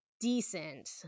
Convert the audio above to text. decent